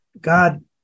God